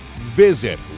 Visit